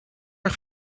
erg